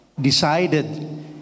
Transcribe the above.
decided